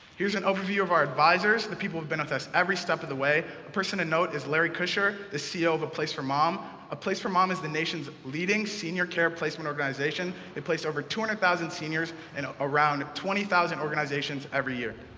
here's an overview of our advisors, the people have been with us every step of the way. a person of and note is larry kutscher, the ceo of a place for mom. a place for mom is the nation's leading senior-care-placement organization. they placed over two hundred thousand seniors in around twenty thousand organizations every year.